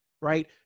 right